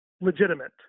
legitimate